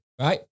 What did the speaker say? right